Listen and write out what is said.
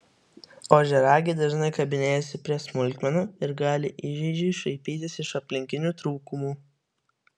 ožiaragiai dažnai kabinėjasi prie smulkmenų ir gali įžeidžiai šaipytis iš aplinkinių trūkumų